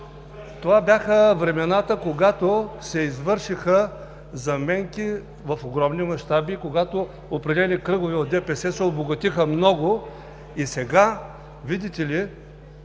Това бяха времената, когато се извършиха заменки в огромни мащаби, когато определени кръгове от ДПС се обогатиха много и сега, видите ли,